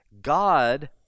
God